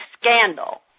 scandal